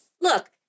Look